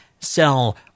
sell